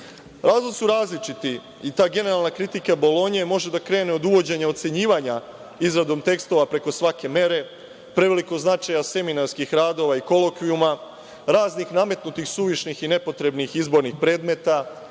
Razlozi su različiti i ta generalna kritika Bolonje može da krene od uvođenja ocenjivanja izradom tekstova preko svake mere, prevelikog značaja seminarskih radova i kolokvijuma, raznih nametnutih suvišnih i nepotrebnih izbornih predmeta,